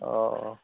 অঁ অঁ